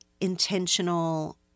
intentional